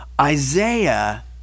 Isaiah